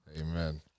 Amen